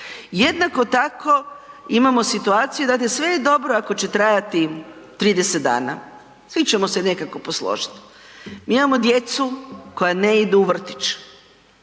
Jednako tako, imamo situaciju, dakle sve je dobro ako će trajati 30 dana, svi ćemo se nekako posložit. Mi imamo djecu koja ne idu u vrtić,